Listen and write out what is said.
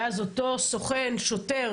ואז אותו סוכן שוטר